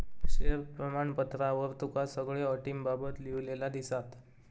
share प्रमाणपत्रावर तुका सगळ्यो अटींबाबत लिव्हलेला दिसात